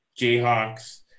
Jayhawks